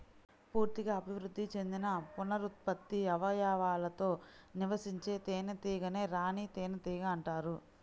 పూర్తిగా అభివృద్ధి చెందిన పునరుత్పత్తి అవయవాలతో నివసించే తేనెటీగనే రాణి తేనెటీగ అంటారు